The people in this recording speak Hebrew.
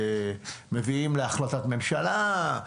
מביאים להחלטת ממשלה,